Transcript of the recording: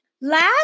Last